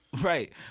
Right